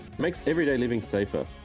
makes everyday living safer.